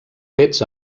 fets